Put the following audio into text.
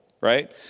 right